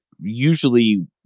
usually